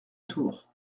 tour